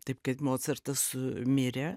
taip kad mocartas mirė